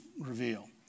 reveal